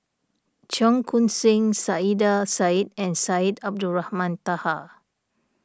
Cheong Koon Seng Saiedah Said and Syed Abdulrahman Taha